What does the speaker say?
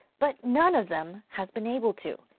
but none of them has been able to.